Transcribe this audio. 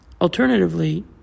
Alternatively